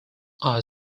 are